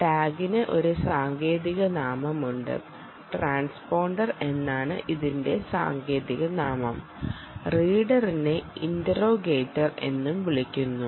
ടാഗിന് ഒരു സാങ്കേതിക നാമമുണ്ട് ട്രാൻസ്പോണ്ടർ എന്നാണ് ഇതിന്റെ സാങ്കേതിക നാമം റീഡറിനെ ഇൻറ്റെറോഗേറ്റർ എന്നും വിളിക്കുന്നു